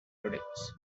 products